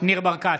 ניר ברקת,